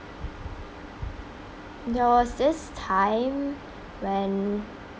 there was this time when